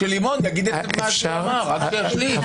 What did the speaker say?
שלימון יגיד את מה שיש לו לומר, רק להשלים.